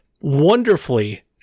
wonderfully